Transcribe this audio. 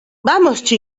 daos